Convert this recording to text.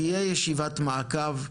תהייה ישיבת מעקב,